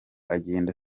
agende